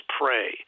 pray